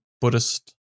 Buddhist